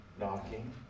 knocking